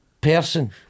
person